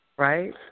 Right